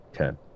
okay